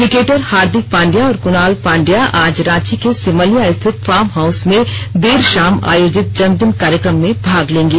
cricketer Hardik Pandya और कुणाल पांड्या आज रांची के सिमलिया स्थित फार्म हाउस में देर शाम आयोजित जन्मदिन कार्यक्रम में भाग लेंगे